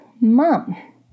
mom